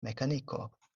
mekaniko